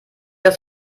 das